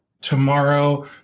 Tomorrow